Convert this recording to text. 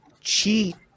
cheat